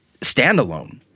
standalone